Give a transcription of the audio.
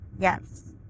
yes